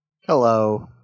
hello